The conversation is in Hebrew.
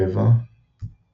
טבע פלורה